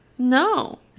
No